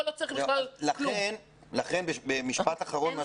משפט אחרון.